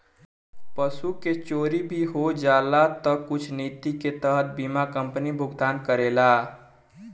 पशु के चोरी भी हो जाला तऽ कुछ निति के तहत बीमा कंपनी भुगतान करेला